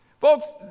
Folks